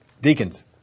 deacons